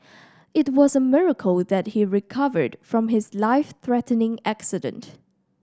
it was a miracle that he recovered from his life threatening accident